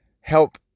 help